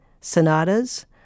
sonatas